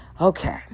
Okay